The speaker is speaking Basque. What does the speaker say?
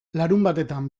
larunbatetan